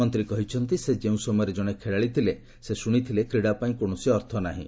ମନ୍ତ୍ରୀ କହିଛନ୍ତି ସେ ଯେଉଁ ସମୟରେ ଜଣେ ଖେଳାଳି ଥିଲେ ସେ ଶୁଣିଥିଲେ କ୍ରୀଡ଼ାପାଇଁ କୌଣସି ଅର୍ଥ ନାହିଁ